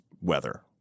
weather